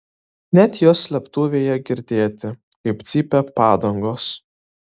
net jos slėptuvėje girdėti kaip cypia padangos